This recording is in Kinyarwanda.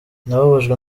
nababajwe